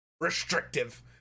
Restrictive